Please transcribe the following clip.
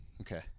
Okay